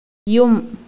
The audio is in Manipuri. ꯌꯨꯝ